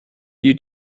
you